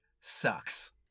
sucks